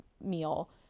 meal